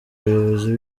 abayobozi